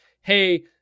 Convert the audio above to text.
hey